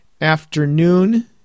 afternoon